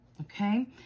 okay